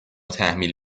تحمیل